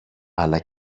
αλλά